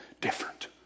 different